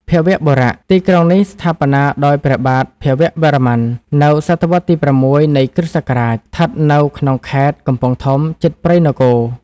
ភវបុរៈ ទីក្រុងនេះ ស្ថាបនាដោយព្រះបាទ ភវវរ្ម័ន នៅសតវត្សរ៍ទី៦ នៃ គ្រិស្តសករាជ ស្ថិតនៅក្នុងខេត្ត កំពង់ធំ ជិតព្រៃនគរ ។